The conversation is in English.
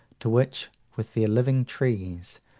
to which, with their living trees,